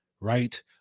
right